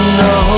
no